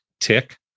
tick